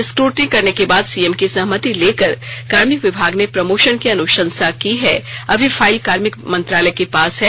scrutiny करने के बाद सीएम की सहमति लेकर कार्मिक विभाग ने प्रमोशन की अनुशंसा की है अभी फाइल कार्मिक मंत्रालय के पास है